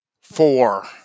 four